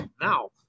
Now